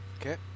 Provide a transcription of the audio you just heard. Okay